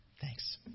Thanks